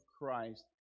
Christ